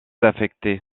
affecté